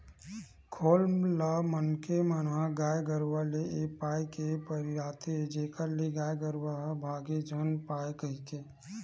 खोल ल मनखे मन ह गाय गरुवा ले ए पाय के पहिराथे जेखर ले गाय गरुवा ह भांगे झन पाय कहिके